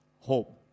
hope